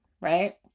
right